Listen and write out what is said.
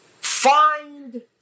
find